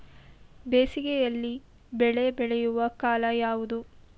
ಬೇಸಿಗೆ ಯಲ್ಲಿ ಬೆಳೆ ಬೆಳೆಯುವ ಕಾಲ ಯಾವುದು?